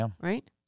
right